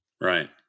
Right